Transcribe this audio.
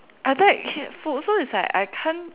I like food so it's like I can't